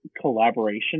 collaboration